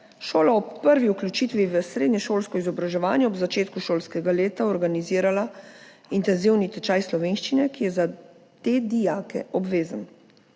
šola ob prvi vključitvi v srednješolsko izobraževanje ob začetku šolskega leta organizirala intenzivni tečaj slovenščine, ki je za te dijake obvezen.